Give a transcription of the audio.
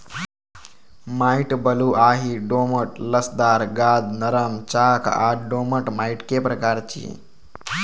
माटि बलुआही, दोमट, लसदार, गाद, नरम, चाक आ दोमट माटिक प्रकार छियै